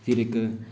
फिर इक